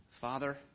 Father